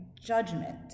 judgment